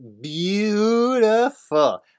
beautiful